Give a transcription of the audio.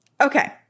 Okay